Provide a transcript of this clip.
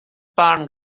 barn